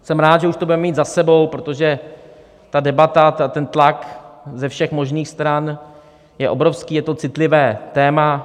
Jsem rád, že už to budeme mít za sebou, protože ta debata, ten tlak ze všech možných stran je obrovský, je to citlivé téma.